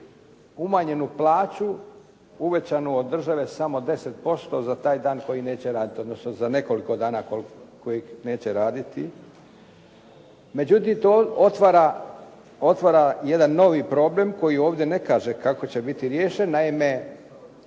umanjenu plaću uvećanu od države samo 10% za taj dan koji neće raditi odnosno za nekoliko dana koje neće raditi. Međutim, to otvara jedan novi problem koji ovdje ne kaže kako će biti riješen. Naime,